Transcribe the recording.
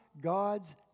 God's